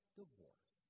divorce